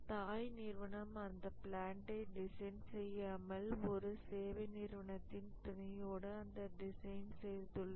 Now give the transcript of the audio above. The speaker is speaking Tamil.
தாய்நிறுவனம் அந்த பிளான்ட்யை டிசைன் செய்யாமல் ஒரு சேவை நிறுவனத்தின் துணையோடு அந்த டிசைன் செய்துள்ளது